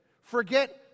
Forget